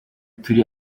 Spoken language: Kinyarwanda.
turi